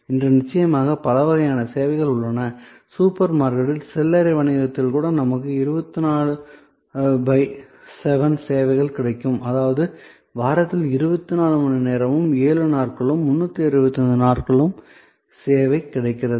இன்று நிச்சயமாக பல வகையான சேவைகள் உள்ளன சூப்பர் மார்க்கெட்டில் சில்லறை வணிகத்தில் கூட நமக்கு 24 பை 7 சேவை கிடைக்கும் அதாவது வாரத்தில் 24 மணிநேரமும் 7 நாட்களும் 365 நாட்களும் சேவை கிடைக்கிறது